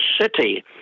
city